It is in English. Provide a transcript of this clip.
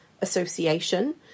Association